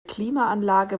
klimaanlage